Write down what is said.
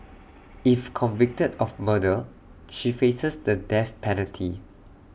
if convicted of murder she faces the death penalty